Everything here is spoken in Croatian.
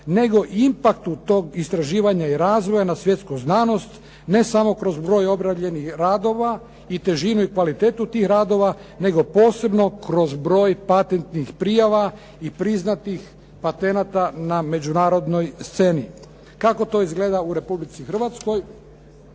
nego impaktu tog istraživanja i razvoja na svjetsku znanost, ne samo kroz broj objavljenih radova i težinu i kvalitetu tih radova, nego posebno kroz broj patentnih prijava i priznatih patenata na međunarodnoj sceni. Kako to izgleda u Republici Hrvatskoj,